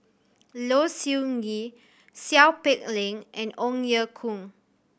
Low Siew Nghee Seow Peck Leng and Ong Ye Kung